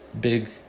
big